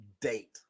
date